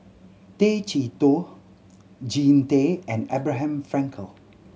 Tay Chee Toh Jean Tay and Abraham Frankel